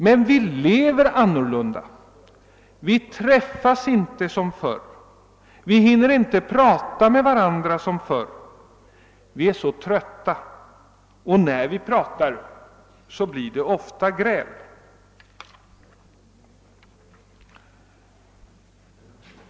Men vi lever annorlunda, vi träffas inte som förr, vi hinner inte prata med varandra som förr, vi är så trötta, och när vi pratar, så blir det ofta gräl.